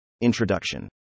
Introduction